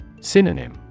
Synonym